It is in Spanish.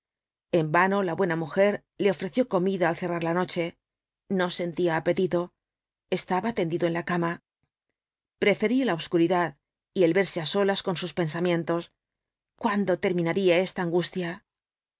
en vano la buena mujer le ofreció comida al cerrar la noche no sentía apetito estaba tendido en la cama prefería la obscuridad y el verse á solas con sus pensamientos cuándo terminaría esta angustia